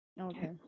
okay